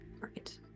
Right